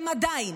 הם עדיין